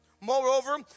Moreover